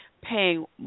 paying